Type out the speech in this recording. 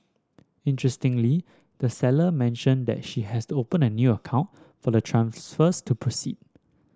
interestingly the seller mentioned that she has to open a new account for the transfers to proceed